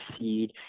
seed